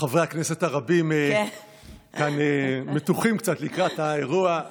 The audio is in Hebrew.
חברי הכנסת הרבים כאן מתוחים קצת לקראת האירוע.